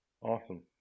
Awesome